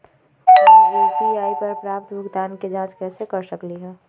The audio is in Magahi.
हम यू.पी.आई पर प्राप्त भुगतान के जाँच कैसे कर सकली ह?